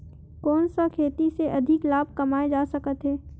कोन सा खेती से अधिक लाभ कमाय जा सकत हे?